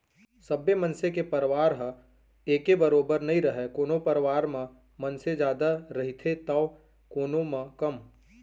सब्बो मनसे के परवार ह एके बरोबर नइ रहय कोनो परवार म मनसे जादा रहिथे तौ कोनो म कम